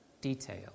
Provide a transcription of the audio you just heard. detail